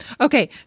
Okay